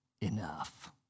enough